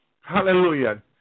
Hallelujah